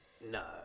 No